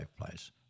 place